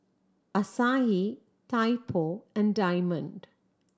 Asahi Typo and Diamond